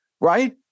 right